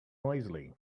noisily